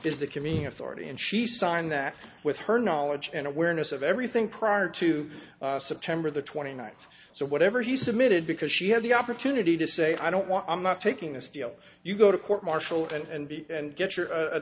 is the convening authority and she signed that with her knowledge and awareness of everything prior to september the twenty ninth so whatever he submitted because she had the opportunity to say i don't want i'm not taking this deal you go to court martial and be and get your